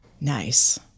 Nice